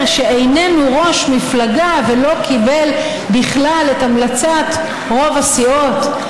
שאיננו ראש מפלגה ולא קיבל בכלל את המלצת רוב הסיעות.